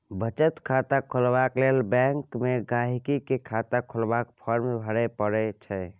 बचत खाता खोलबाक लेल बैंक मे गांहिकी केँ खाता खोलबाक फार्म भरय परय छै